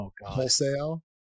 wholesale